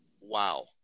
Wow